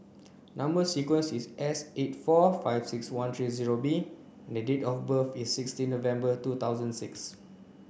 number sequence is S eight four five six one three zero B date of birth is sixteen November two thousand six